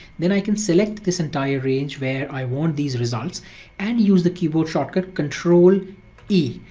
then i can select this entire range where i want these results and use the keyboard shortcut control e.